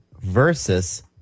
Versus